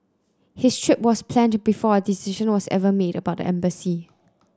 his trip was planned before a decision was ever made about the embassy